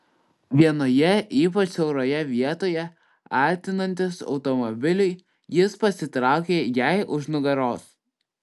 vienoje ypač siauroje vietoje artinantis automobiliui jis pasitraukė jai už nugaros